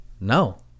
No